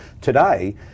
Today